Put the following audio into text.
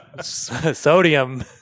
sodium